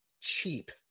cheap